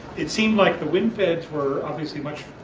it seems like the wind feds were obviously much,